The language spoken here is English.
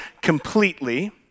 completely